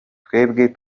twebwe